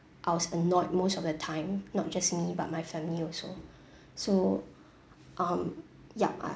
I was annoyed most of the time not just me but my family also so um yup I